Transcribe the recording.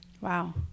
wow